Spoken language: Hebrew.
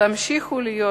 תמשיכו להיות